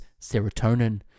serotonin